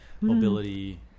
mobility